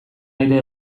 aire